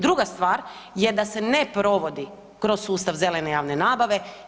Druga stvar je da se ne provodi kroz sustav zelene javne nabave.